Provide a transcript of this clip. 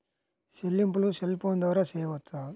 చెల్లింపులు cell phone ద్వారా చేయవచ్చా?